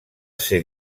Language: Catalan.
ser